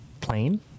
Plain